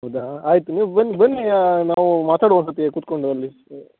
ಹೌದಾ ಆಯಿತು ನೀವು ಬನ್ನಿ ಬನ್ನಿ ನಾವು ಮಾತಾಡುವ ಒಂದ್ ಸರ್ತಿ ಕೂತುಕೊಂಡು ಅಲ್ಲಿ ಹಾಂ